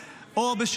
כולם צריכים לשרת,